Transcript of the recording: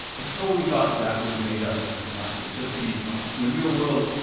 i totally thought that was made up as a commodity just to be funny. in the real world,